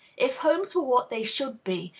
if homes were what they should be,